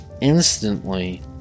Instantly